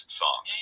song